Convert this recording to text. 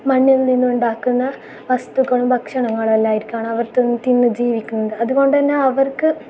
മണ്ണിൽ നിന്ന് ഉണ്ടാക്കുന്ന വസ്തുക്കളും ഭക്ഷണങ്ങളും എല്ലാമായിരിക്കണം അവർ തിന്ന് തിന്ന് ജീവിക്കുന്നത് അതുകൊണ്ട് തന്നെ അവർക്ക്